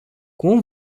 cum